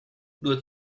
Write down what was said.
nur